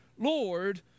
Lord